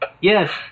Yes